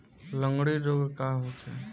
लगंड़ी रोग का होखे?